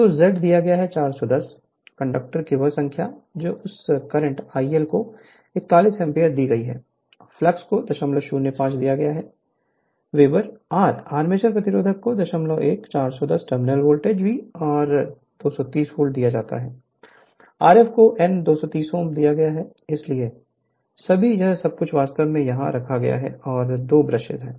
तो Z दिए गए 410 कंडक्टर की वह संख्या जो इस करंट IL को 41 एम्पीयर दी गई है फ्लक्स को 005 दिया गया है वेबर ra आर्मेचर प्रतिरोध को 01 410 टर्मिनल वोल्टेज V को 230 वोल्ट दिया जाता है Rf को n230 Ω दिया जाता है इसलिए सभी यह सब कुछ वास्तव में यहाँ रखा गया है और 2 ब्रश हैं